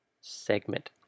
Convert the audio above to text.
segment